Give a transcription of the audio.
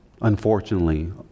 unfortunately